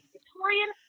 Victorian